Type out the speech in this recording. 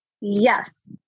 Yes